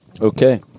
Okay